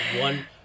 one